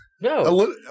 No